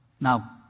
Now